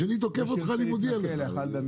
כשאני תוקף אותך אני מודיע לך.